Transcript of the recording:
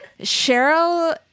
Cheryl